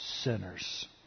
sinners